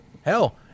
Hell